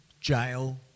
jail